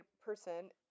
person